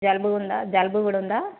జలుబు ఉందా జలుబు కూడా ఉందా